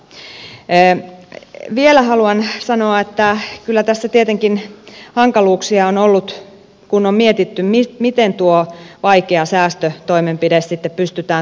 vielä haluan sanoa että kyllä tässä tietenkin hankaluuksia on ollut kun on mietitty miten tuo vaikea säästötoimenpide sitten pystytään toteuttamaan